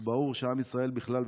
וברור שעם ישראל בכלל,